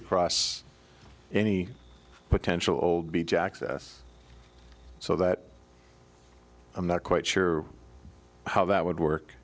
across any potential old beach access so that i'm not quite sure how that would